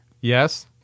Yes